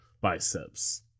biceps